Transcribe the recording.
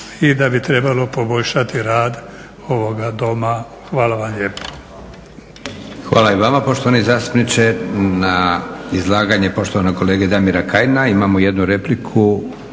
i da bi trebalo poboljšati rad ovoga doma. Hvala vam lijepo.